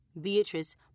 Beatrice